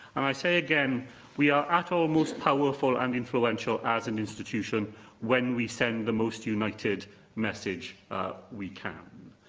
and i say again we are at our most powerful and influential as an institution when we send the most united message we can.